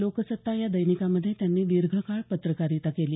लोकसत्ता या दैनिकामध्ये यांनी दीर्घकाळ पत्रकारिता केली